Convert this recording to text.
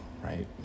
right